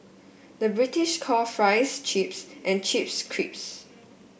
the British call fries chips and chips creeps